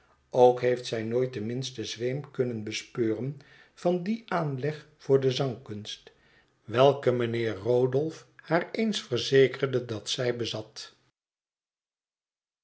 ook heeft zij nooit den minsten zweem kunnen bespeuren van dien aanleg voor de zangkunst welken mijnheer rodolph haar eens verzekerde dat zij bezat